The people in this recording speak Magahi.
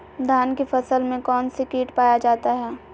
धान की फसल में कौन सी किट पाया जाता है?